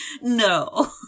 No